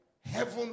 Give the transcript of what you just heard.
Heaven